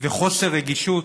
וחוסר רגישות,